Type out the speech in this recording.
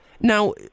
Now